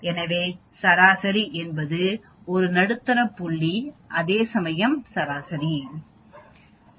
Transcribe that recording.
எனவே சராசரி என்பது ஒரு நடுத்தர புள்ளிஅதேசமயம் சராசரி என்பது சராசரி